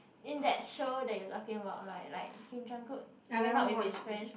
in that show that you're talking about right like Kim-Jong-Kook went out with his friend